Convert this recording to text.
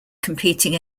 competing